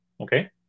okay